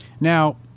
Now